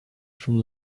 from